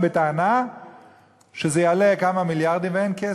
בטענה שזה יעלה כמה מיליארדים ואין כסף.